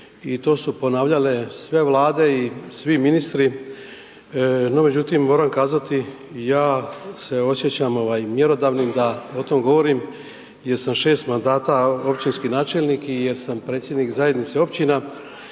i to su ponavljale sve vlade i svi ministri, no međutim moram kazati ja se osjećam mjerodavnim da o tome govorim jer sam 6 mandata općinski načelnik i jer sam predsjednik zajednice općina,